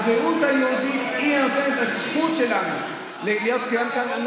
הזהות היהודית היא הנותנת את הזכות שלנו להיות כאן.